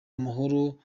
amahoro